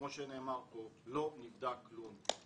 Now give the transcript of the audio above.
כמו שנאמר פה, לא נבדק כלום.